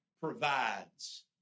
provides